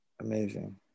Amazing